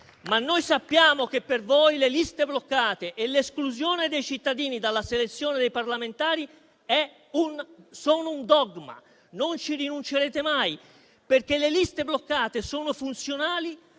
Noi sappiamo che per voi le liste bloccate e l'esclusione dei cittadini dalla selezione dei parlamentari sono un dogma e non ci rinuncerete mai, perché le liste bloccate sono funzionali